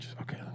okay